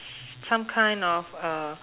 some kind of a